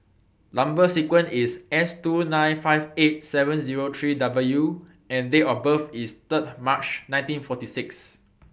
Number sequence IS S two nine five eight seven Zero three W and Date of birth IS three March nineteen forty six